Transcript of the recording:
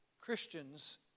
Christians